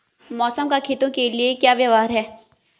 मौसम का खेतों के लिये क्या व्यवहार है?